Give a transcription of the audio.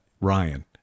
Ryan